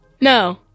No